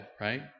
right